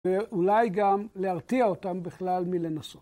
ואולי גם להרתיע אותם בכלל מלנסות.